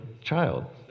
child